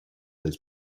del